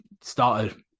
started